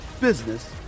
business